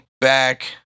back